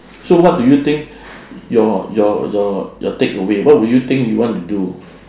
so what do you think your your your your takeaway what would you think you want to do